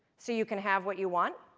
so you can have what you want,